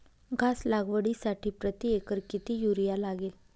घास लागवडीसाठी प्रति एकर किती युरिया लागेल?